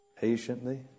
patiently